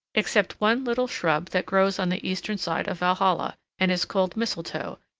except one little shrub that grows on the eastern side of valhalla, and is called mistletoe,